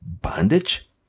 bondage